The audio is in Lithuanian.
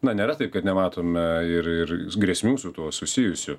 na nėra taip kad nematome ir ir grėsmių su tuo susijusių